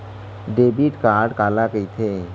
Debit card काला कहिथे?